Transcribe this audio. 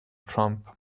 trump